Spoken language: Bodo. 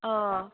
अ